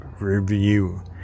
Review